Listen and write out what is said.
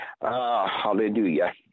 Hallelujah